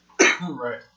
Right